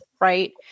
right